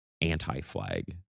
anti-flag